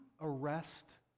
arrest